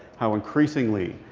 how increasingly,